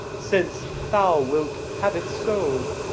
since thou wilt have it so.